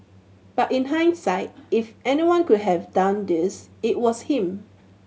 but in hindsight if anyone could have done this it was him